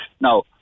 Now